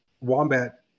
Wombat